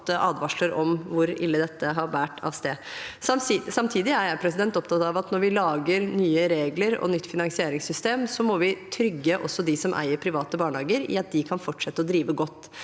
ti år har fått advarsler om hvor ille dette har båret av sted. Jeg er samtidig opptatt av at når vi lager nye regler og nytt finansieringssystem, må vi trygge dem som eier private barnehager i at de kan fortsette å drive godt.